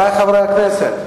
חברי חברי הכנסת,